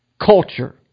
culture